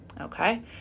Okay